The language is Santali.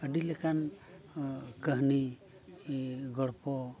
ᱟᱹᱰᱤ ᱞᱮᱠᱟᱱ ᱠᱟᱹᱦᱱᱤ ᱜᱚᱞᱯᱷᱚ